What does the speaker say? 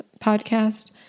podcast